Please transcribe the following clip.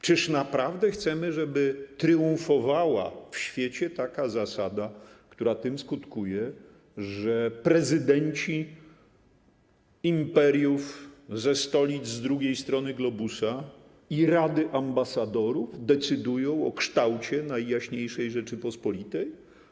Czy naprawdę chcemy, żeby triumfowała w świecie taka zasada, która skutkuje tym, że prezydenci imperiów ze stolic z drugiej strony globusa i rady ambasadorów decydują o kształcie Najjaśniejszej Rzeczypospolitej?